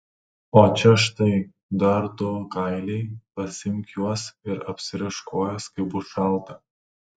o čia štai dar du kailiai pasiimk juos ir apsirišk kojas kai bus šalta